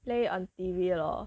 play on T_V lor